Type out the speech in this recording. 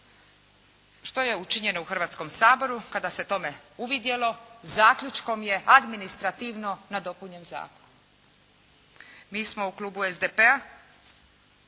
Što je učinjeno u Hrvatskom saboru kada se tome uvidjelo? Zaključkom je administrativno nadopunjen zakon. Mi smo u klubu SDP-a